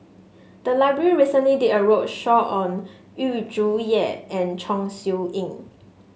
the library recently did a roadshow on Yu Zhuye and Chong Siew Ying